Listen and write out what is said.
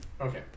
Okay